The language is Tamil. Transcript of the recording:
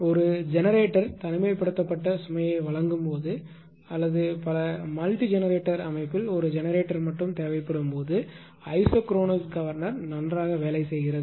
ஒரு ஜெனரேட்டர் தனிமைப்படுத்தப்பட்ட சுமையை வழங்கும்போது அல்லது பல மல்டி ஜெனரேட்டர் அமைப்பில் ஒரு ஜெனரேட்டர் மட்டுமே தேவைப்படும் போது ஐசோக்ரோனஸ் கவர்னர் நன்றாக வேலை செய்கிறது